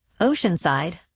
Oceanside